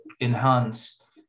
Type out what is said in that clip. enhance